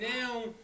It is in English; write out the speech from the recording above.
now